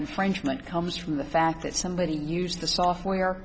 infringement comes from the fact that somebody use the software